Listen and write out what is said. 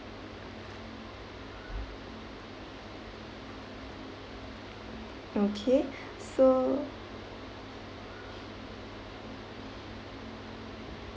okay so